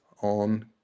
on